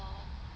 mmhmm